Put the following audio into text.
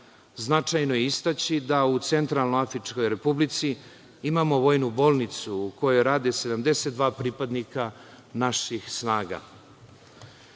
Značajno je istaći da u Centralnoj Afričkoj Republici imamo vojnu bolnicu u kojoj rade 72 pripadnika naših snaga.